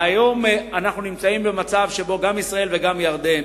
היום אנחנו נמצאים במצב שבו גם ישראל וגם ירדן